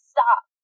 Stop